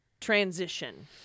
transition